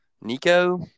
Nico